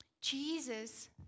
Jesus